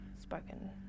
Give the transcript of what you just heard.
spoken